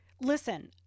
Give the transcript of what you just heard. listen